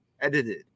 edited